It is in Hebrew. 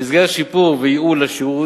במסגרת שיפור וייעול השירות,